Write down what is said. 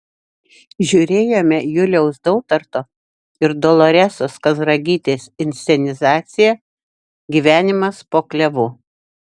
žiūrėjome juliaus dautarto ir doloresos kazragytės inscenizaciją gyvenimas po klevu